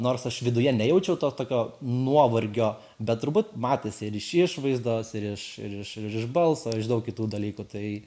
nors aš viduje nejaučiau to tokio nuovargio bet turbūt matėsi ir iš išvaizdos ir iš ir iš ir iš balso iš daug kitų dalykų tai